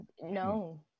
No